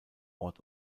ort